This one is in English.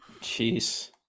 Jeez